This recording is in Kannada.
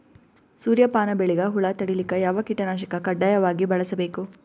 ಸೂರ್ಯಪಾನ ಬೆಳಿಗ ಹುಳ ತಡಿಲಿಕ ಯಾವ ಕೀಟನಾಶಕ ಕಡ್ಡಾಯವಾಗಿ ಬಳಸಬೇಕು?